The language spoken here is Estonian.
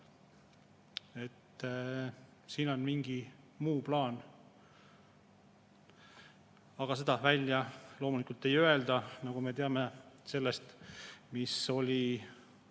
Siin on mingi muu plaan, aga seda välja loomulikult ei öelda, nagu me teame selle põhjal,